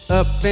up